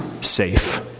safe